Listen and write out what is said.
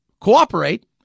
cooperate